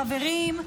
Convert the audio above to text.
חברים,